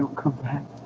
come back?